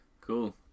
Cool